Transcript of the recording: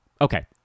Okay